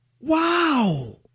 Wow